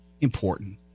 important